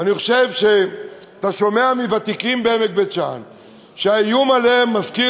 ואתה שומע מוותיקים בעמק בית-שאן שהאיום עליהם מזכיר